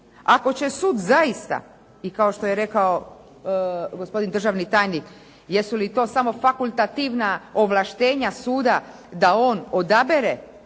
Ako će sud zaista i kao što je rekao gospodin državni tajnik jesu li to samo fakultativna ovlaštenja suda da on odabere